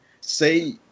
Say